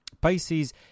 Pisces